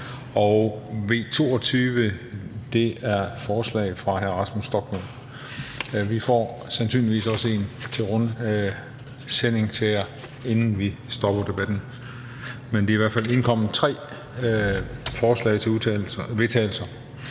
til vedtagelse nr. V 22 af Rasmus Stoklund. Vi får sandsynligvis også et til rundsending til jer, inden vi stopper debatten. Der er i hvert fald indkommet tre forslag til vedtagelse.